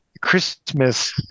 christmas